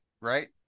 right